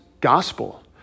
gospel